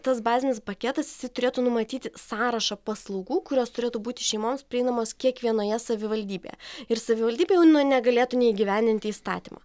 tas bazinis paketas jisai turėtų numatyti sąrašą paslaugų kurios turėtų būti šeimoms prieinamos kiekvienoje savivaldybėje ir savivaldybė negalėtų neįgyvendinti įstatymų